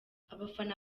abafana